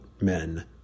men